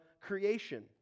creation